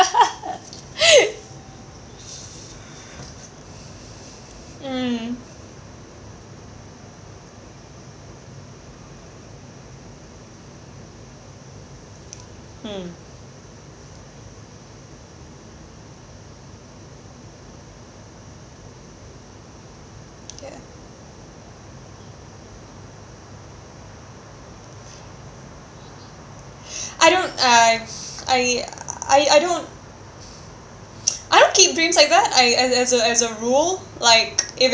mm mm I don't I I I I don't I don't keep dreams like that I as a as a rule like if